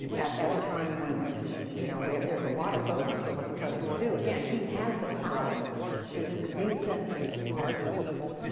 at at a time when you know when there's a lot of focus on what the president can do. again, he has the power to commute sentences, to pardon people.